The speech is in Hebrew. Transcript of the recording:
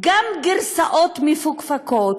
גם גרסאות מפוקפקות,